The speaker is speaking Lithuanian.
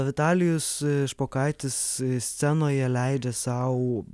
vitalijus špokaitis scenoje leidžia sau